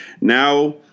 now